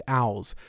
owls